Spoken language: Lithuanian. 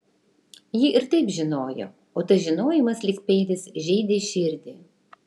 ji ir taip žinojo o tas žinojimas lyg peilis žeidė širdį